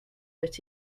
but